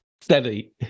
Steady